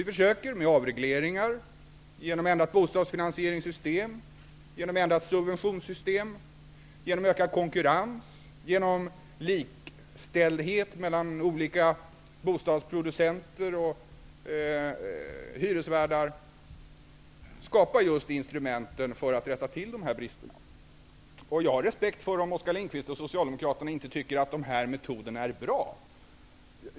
Vi försöker skapa instrument för att rätta till bristerna t.ex. genom avregleringar, genom att ändra bostadsfinansieringssystemet, genom att ändra subventionssystemet, genom att öka konkurrensen, genom att likställa olika bostadsproducenter och hyresvärdar. Jag har respekt för om Oskar Lindkvist och Socialdemokraterna inte tycker att dessa metoder är bra.